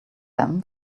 them